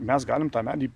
mes galim tą medį